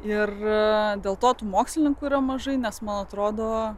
ir dėl to tų mokslininkų yra mažai nes man atrodo